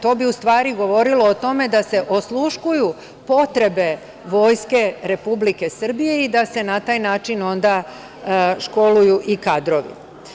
To bi, u stvari, govorilo o tome da se osluškuju potrebe Vojske Republike Srbije i da se na taj način onda školuju i kadrovi.